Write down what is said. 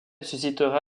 suscitera